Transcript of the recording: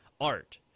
art